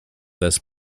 this